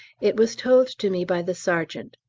it was told to me by the sergeant.